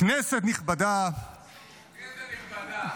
כנסת נכבדה --- איזה "נכבדה"?